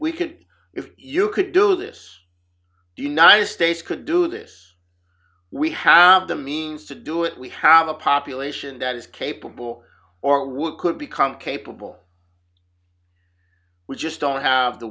we could if you could do this the united states could do this we have the means to do it we have a population that is capable or would could become capable we just don't have the